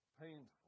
painful